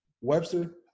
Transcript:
Webster